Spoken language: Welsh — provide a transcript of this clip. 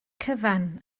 cyfan